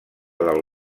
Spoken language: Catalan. del